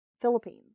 Philippines